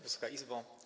Wysoka Izbo!